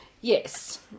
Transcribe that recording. Yes